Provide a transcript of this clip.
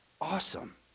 awesome